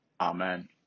Amen